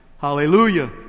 Hallelujah